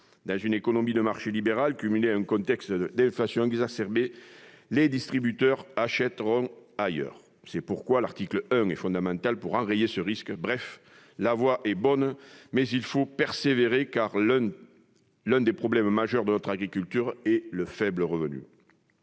Dans une économie de marché libérale qui se conjugue à un contexte d'inflation exacerbée, les distributeurs achèteront ailleurs. L'article 1 est donc fondamental pour enrayer ce risque. Bref, la voie est bonne, mais il faut persévérer, car l'un des problèmes majeurs de notre agriculture est le faible revenu.